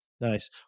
Nice